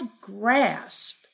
grasp